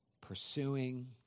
pursuing